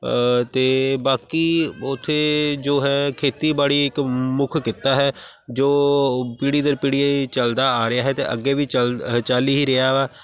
ਅਤੇ ਬਾਕੀ ਉੱਥੇ ਜੋ ਹੈ ਖੇਤੀਬਾੜੀ ਇੱਕ ਮੁੱਖ ਕਿੱਤਾ ਹੈ ਜੋ ਪੀੜੀ ਦਰ ਪੀੜੀ ਚੱਲਦਾ ਆ ਰਿਹਾ ਹੈ ਅਤੇ ਅੱਗੇ ਵੀ ਚੱਲ ਚੱਲ ਹੀ ਰਿਹਾ ਵਾ